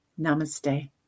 Namaste